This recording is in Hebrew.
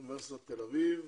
אוניברסיטת תל אביב,